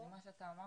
למה שאתה אמרת,